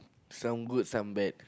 some good some bad